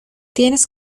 tienes